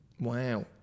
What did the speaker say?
Wow